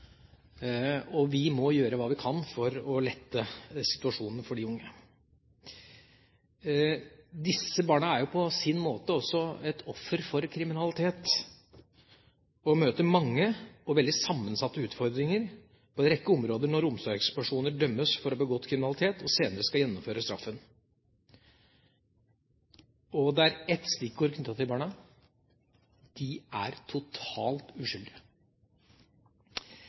og vi må gjøre hva vi kan for å lette situasjonen for de unge. Disse barna er jo på sin måte også et offer for kriminalitet og møter mange og veldig sammensatte utfordringer på en rekke områder når omsorgspersoner dømmes for å ha begått kriminalitet og senere skal gjennomføre straffen. Og det er noen stikkord knyttet til barna: De er totalt uskyldige.